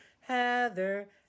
Heather